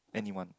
anyone